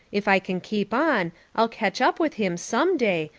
if i can keep on i'll catch up with him some day,